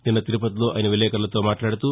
నిన్న తిరుపతిలో ఆయన విలేకర్లతో మాట్లాడుతూ